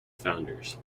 founders